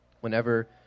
whenever